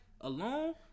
Alone